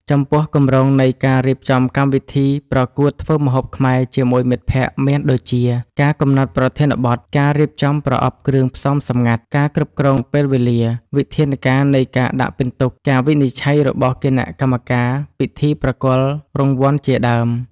ចំពោះ គម្រោងនៃការរៀបចំកម្មវិធីប្រកួតធ្វើម្ហូបខ្មែរជាមួយមិត្តភក្តិមានដូចជា ការកំណត់ប្រធានបទ ការរៀបចំប្រអប់គ្រឿងផ្សំសម្ងាត់ ការគ្រប់គ្រងពេលវេលា វិធានការនៃការដាក់ពិន្ទុ ការវិនិច្ឆ័យរបស់គណៈកម្មការ ពិធីប្រគល់រង្វាន់ជាដើម។